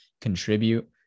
contribute